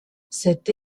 cette